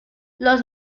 los